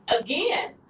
Again